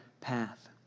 path